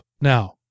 Now